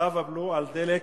צו הבלו על דלק